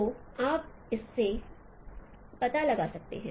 तो इससे आप पता लगा सकते हैं